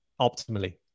optimally